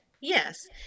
Yes